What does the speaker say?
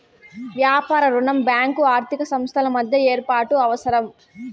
వ్యాపార రుణం బ్యాంకు ఆర్థిక సంస్థల మధ్య ఏర్పాటు అవసరం